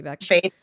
faith